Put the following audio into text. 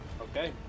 Okay